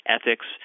ethics